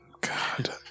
God